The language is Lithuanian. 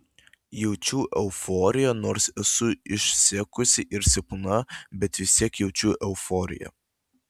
jaučiu euforiją nors esu išsekusi ir silpna bet vis tiek jaučiu euforiją